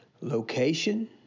Location